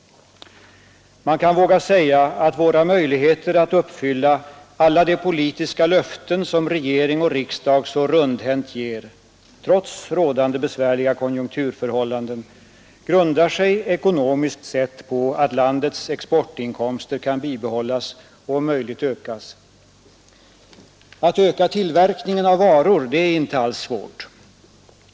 Man kan våga säga att våra möjligheter att uppfylla de politiska löften som regering och riksdag så rundhänt ger — trots rådande besvärliga konjunkturförhållanden — grundar sig ekonomiskt sett på att landets exportinkomster kan bibehållas och om möjligt ökas. Att öka tillverkningen av varor är inte alls svårt.